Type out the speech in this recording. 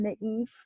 naive